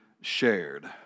shared